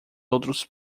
outros